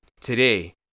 Today